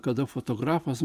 kada fotografas